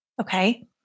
okay